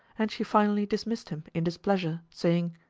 and she finally dismissed him in displeasure, saying,